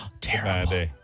Terrible